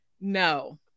no